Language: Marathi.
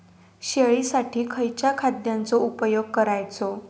शेळीसाठी खयच्या खाद्यांचो उपयोग करायचो?